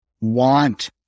want